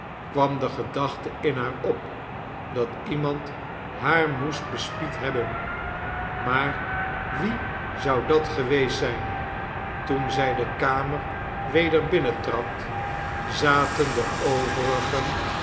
kwam de gedachte in haar op dat iemand haar moest bespied hebben maar wie zou dat geweest zijn toen zij de kamer weder binnentrad zaten de overigen